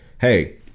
hey